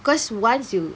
cause once you